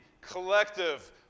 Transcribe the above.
collective